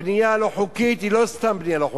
הבנייה הלא-חוקית היא לא סתם בנייה לא חוקית,